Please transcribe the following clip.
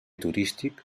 turístic